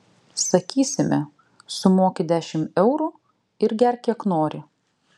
sakysime sumoki dešimt eurų ir gerk kiek nori